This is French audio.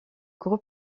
gros